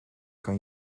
kan